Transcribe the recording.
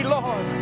Lord